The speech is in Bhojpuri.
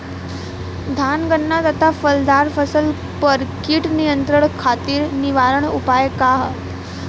धान गन्ना तथा फलदार फसल पर कीट नियंत्रण खातीर निवारण उपाय का ह?